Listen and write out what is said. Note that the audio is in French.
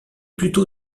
plutôt